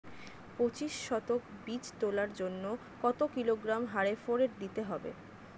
পঁচিশ শতক বীজ তলার জন্য কত কিলোগ্রাম হারে ফোরেট দিতে হবে?